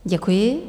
Děkuji.